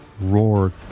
roar